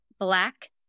black